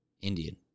Indian